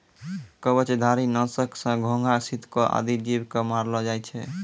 कवचधारी? नासक सँ घोघा, सितको आदि जीव क मारलो जाय छै